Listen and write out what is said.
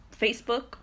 Facebook